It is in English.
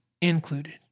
included